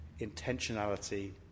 intentionality